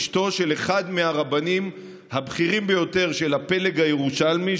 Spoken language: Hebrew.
אשתו של אחד מהרבנים הבכירים ביותר של הפלג הירושלמי,